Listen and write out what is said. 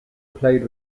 played